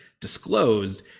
disclosed